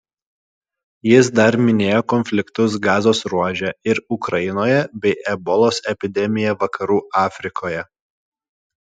jis dar minėjo konfliktus gazos ruože ir ukrainoje bei ebolos epidemiją vakarų afrikoje